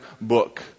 book